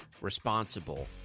responsible